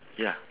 ya